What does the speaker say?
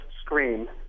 Scream